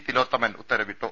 തിലോത്തമൻ ഉത്തരവിട്ടു